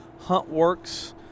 HuntWorks